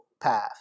Path